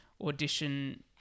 audition